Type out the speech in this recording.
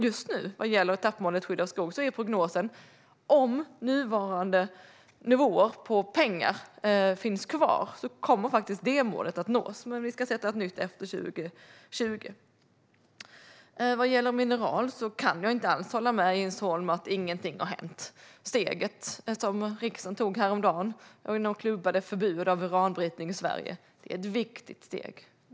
Just nu är prognosen att om nuvarande nivå på pengar finns kvar kommer detta mål att nås, men vi ska sätta ett nytt mål efter 2020. Vad gäller mineraler kan jag inte alls hålla med Jens Holm om att ingenting har hänt. Riksdagen tog häromdagen steget att klubba igenom ett förbud mot uranbrytning i Sverige - ett viktigt steg.